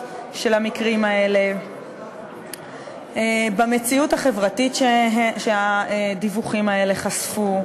של המקרים האלה במציאות החברתית שהדיווחים האלה חשפו,